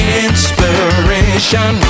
inspiration